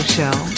Show